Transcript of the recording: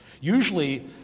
Usually